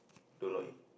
don't log in